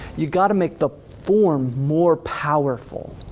you gotta make the form more powerful,